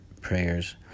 prayers